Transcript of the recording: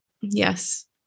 Yes